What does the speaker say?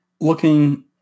looking